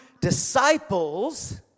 disciples